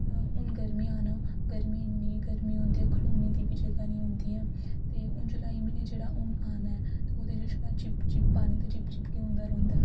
हून गर्मियें आना गर्मियें ई इ'न्नी गर्मी होंदी ऐ खड़ोने दी बी जगह निं होंदी ऐ ते हून जुलाई म्हीना जेह्ड़ा हून आना ते ओह्दे छड़ा चिप चिप पानी चिप चिप गै होंदा रौहंदा ऐ